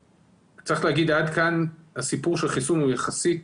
צריך לומר שעד כאן הסיפור של החיסון הוא יחסית